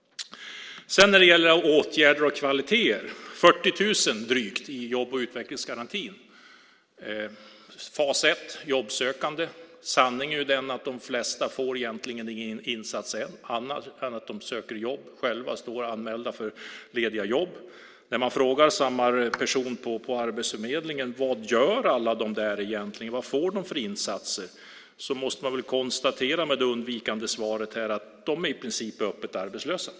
När det gäller åtgärder och kvalitet vill jag säga att det finns drygt 40 000 i jobb och utvecklingsgarantin. Fas ett är jobbsökande. Sanningen är ju den att de flesta inte får någon annan insats än att de söker jobb och själva står anmälda för lediga jobb. När man frågar personer på Arbetsförmedlingen vad de egentligen får för insatser måste man konstatera att de i princip är öppet arbetslösa.